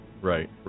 right